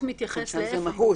שם זה מהות.